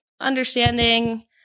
understanding